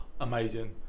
amazing